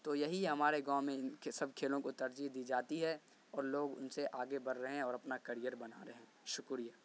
تو یہی ہمارے گاؤں میں ان کے سب کھیلوں کو ترجیح دی جاتی ہے اور لوگ ان سے آگے بڑھ رہے ہیں اور اپنا کریئر بنا رہے ہیں شکریہ